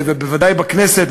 בוודאי בכנסת,